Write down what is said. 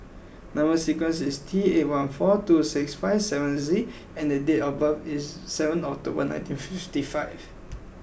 number sequence is T eight one four two six five seven Z and date of birth is seven October nineteen fifty five